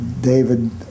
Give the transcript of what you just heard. David